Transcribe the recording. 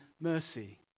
mercy